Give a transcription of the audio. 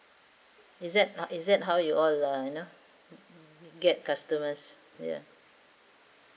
is that how is that how you all you know get customers ah ya